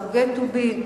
סוגי טובין,